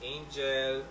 Angel